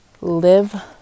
live